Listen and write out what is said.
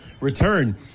return